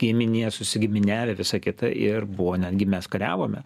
giminė susigiminiavę visa kita ir buvo netgi mes kariavome